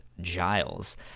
giles